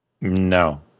No